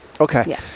okay